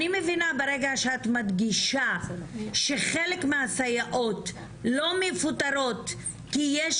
אני מבינה ברגע שאת מדגישה שחלק מהסייעות לא מפוטרות כי יש